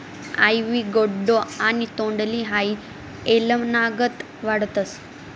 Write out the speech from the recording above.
आइवी gourd आणि तोंडली हाई येलनागत वाढतस